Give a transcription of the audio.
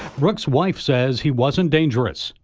brooks wife says he wasn't dangerous.